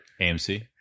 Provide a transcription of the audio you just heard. AMC